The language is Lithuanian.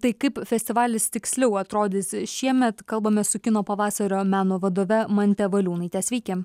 tai kaip festivalis tiksliau atrodys šiemet kalbamės su kino pavasario meno vadove mante valiūnaite sveiki